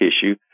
tissue